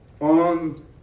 on